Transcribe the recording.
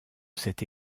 cet